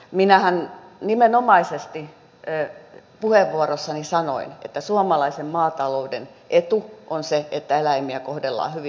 minähän nimenomaisesti puheenvuoroissani sanoin että suomalaisen maatalouden etu on se että eläimiä kohdellaan hyvin